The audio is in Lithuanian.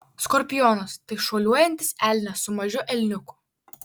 skorpionas tai šuoliuojantis elnias su mažu elniuku